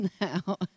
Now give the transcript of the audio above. now